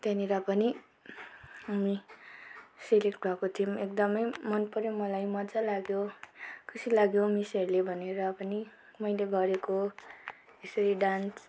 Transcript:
त्यहाँनिर पनि हामी सेलेक्ट भएको थियौँ एकदमै मनपऱ्यो मलाई मजा लाग्यो खुसी लाग्यो मिसहरूले भनेर पनि मैले गरेको यसरी डान्स